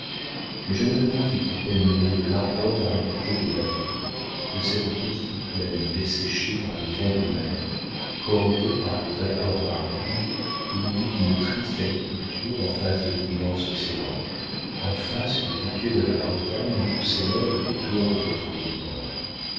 mais je n'ai rien vu qui peigne mieux l'ardente aridité de ma vie que cette petite plaine desséchée par les vents de mer corrodée par les vapeurs marines où lutte une triste agriculture en face de l'immense océan en face des bouquets de la bretagne d'où s'élèvent les tours de votre guérande